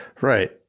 Right